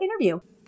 interview